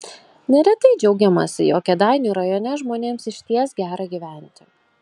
neretai džiaugiamasi jog kėdainių rajone žmonėms išties gera gyventi